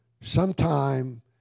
Sometime